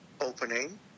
opening